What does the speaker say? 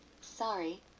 Sorry